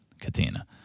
Katina